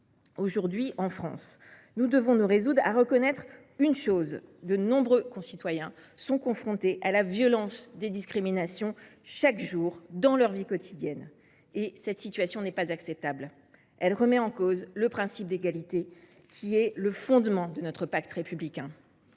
Aujourd’hui, en France, nous devons donc nous résoudre à reconnaître que de nombreux concitoyens sont confrontés à la violence des discriminations chaque jour, dans leur vie quotidienne. Cette situation n’est pas acceptable. Elle remet en cause le principe d’égalité, qui est le fondement de notre pacte républicain.